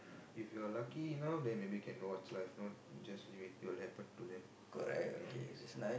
if you're lucky enough then maybe can you watch lah not just leave it it will happen to them in anyways